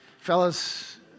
Fellas